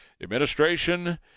administration